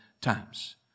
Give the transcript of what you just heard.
times